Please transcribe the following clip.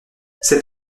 c’est